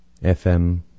FM